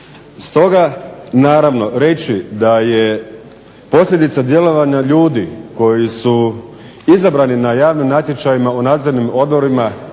Stoga naravno reći da je posljedica djelovanja ljudi koji su izabrani na javnim natječajima u nadzornim odborima